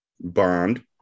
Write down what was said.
Bond